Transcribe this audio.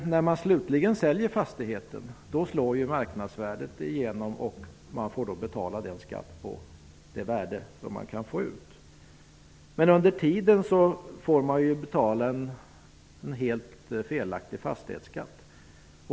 När man slutligen säljer fastigheten slår marknadsvärdet igenom, och man får då betala skatt på det värde man kan få ut. Men under tiden får man betala en helt felaktig fastighetsskatt.